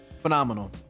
Phenomenal